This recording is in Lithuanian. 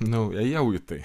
nu ėjau į tai